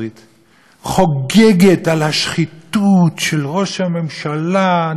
חוגגת על השחיתות של ראש הממשלה נתניהו